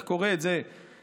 איך קורא את זה השר,